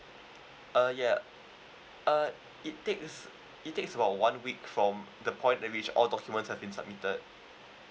uh ya uh it takes it takes about one week from the point that which all documents have been submitted